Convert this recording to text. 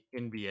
NBA